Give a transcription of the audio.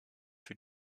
für